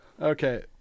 Okay